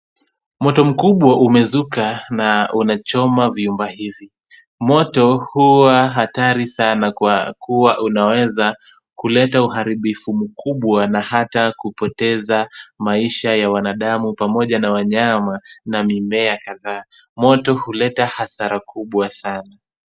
Moto mkubwa umezuka na unachoma vyumba hivi. Moto huwa hatari sana kwa kuwa unaweza kuleta uharibifu mkubwa na hata kupoteza maisha ya wanadamu pamoja na wanyama na mimea kadhaa. Moto huleta hasara kubwa sana.